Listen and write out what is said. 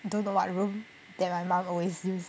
don't know what room that my mum always use